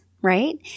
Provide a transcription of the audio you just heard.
Right